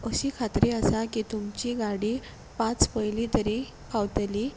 अशी खात्री आसा की तुमची गाडी पांच पयली तरी पावतली